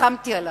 ריחמתי עליו.